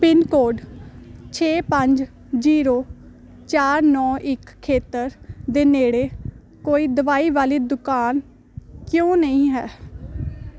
pin code ਛੇ ਪੰਜ zero ਚਾਰ ਨੌਂ ਇੱਕ ਖੇਤਰ ਦੇ ਨੇੜੇ ਕੋਈ ਦਵਾਈ ਵਾਲੀ ਦੁਕਾਨ ਕਿਉਂ ਨਹੀਂ ਹੈ